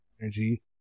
energy